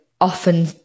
often